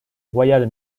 royal